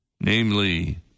namely